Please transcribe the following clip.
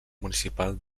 municipal